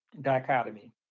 dichotomy